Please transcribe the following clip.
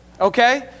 okay